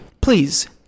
please